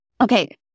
Okay